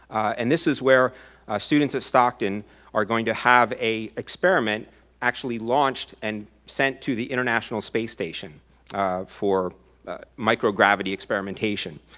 and twenty. this is where students at stockton are going to have a experiment actually launched and sent to the international space station for microgravity experimentation.